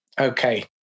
Okay